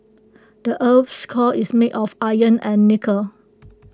the Earth's core is made of iron and nickel